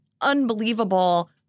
unbelievable